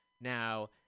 now